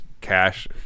cash